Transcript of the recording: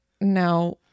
now